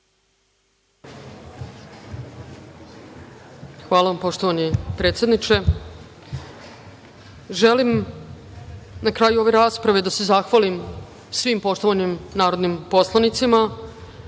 Hvala vam, poštovani predsedniče. Na kraju ove rasprave želim da se zahvalim svim poštovanim narodnim poslanicima,